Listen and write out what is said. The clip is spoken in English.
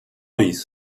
these